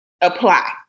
apply